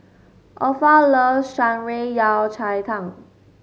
Opha loves Shan Rui Yao Cai Tang